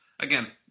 Again